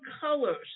colors